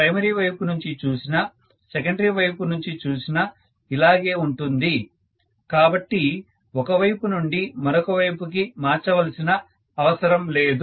primary వైపు నుంచి చూసినా సెకండరీ వైపు నుంచి చూసినా ఇలాగే ఉంటుంది కాబట్టి ఒక వైపు నుండి మరొక వైపు కి మార్చవలసిన అవసరం లేదు